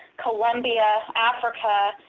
columbia, africa,